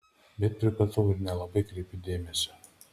bet pripratau ir nelabai kreipiu dėmesio